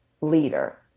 leader